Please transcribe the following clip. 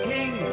King